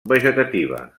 vegetativa